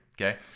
okay